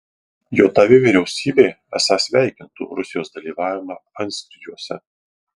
jav vyriausybė esą sveikintų rusijos dalyvavimą antskrydžiuose